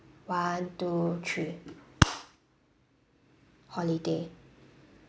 one two three holiday